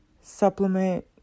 supplement